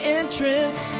entrance